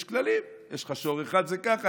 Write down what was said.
יש כללים: אם יש לך שור אחד זה ככה,